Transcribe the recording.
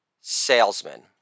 salesman